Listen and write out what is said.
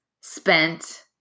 spent